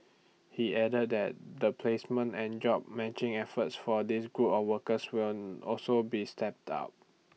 he added that the placement and job matching efforts for this group of workers will also be stepped out